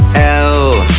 l,